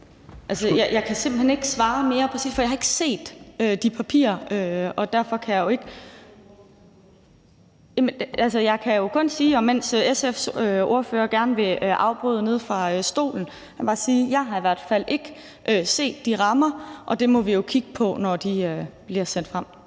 jeg kan simpelt hen ikke svare mere præcist, for jeg har ikke set de papirer. Jeg kan kun sige, mens SF's ordfører gerne vil afbryde nede fra sin stol, at jeg i hvert fald ikke har set de rammer, men dem må vi jo kigge på, når de bliver lagt frem.